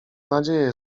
nadzieję